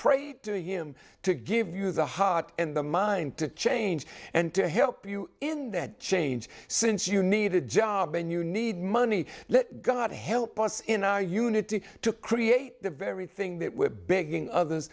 prayed to him to give you the heart and the mind to change and to help you in that change since you need a job and you need money let god help us in our unity to create the very thing that we're begging others